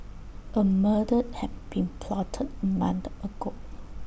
A murder had been plotted mind ago